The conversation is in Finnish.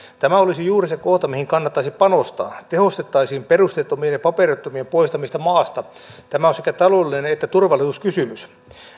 tämä olisi juuri se kohta mihin kannattaisi panostaa tehostettaisiin perusteettomien ja paperittomien poistamista maasta tämä on sekä taloudellinen että turvallisuuskysymys